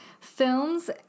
films